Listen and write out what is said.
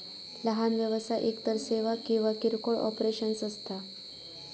लहान व्यवसाय एकतर सेवा किंवा किरकोळ ऑपरेशन्स असता